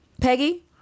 peggy